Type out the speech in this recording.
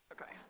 Okay